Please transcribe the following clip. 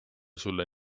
sulle